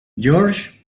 george